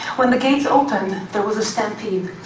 when the gates opened, there was a stampede,